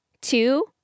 two